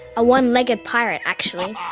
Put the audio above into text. a one-legged pirate actually.